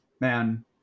Man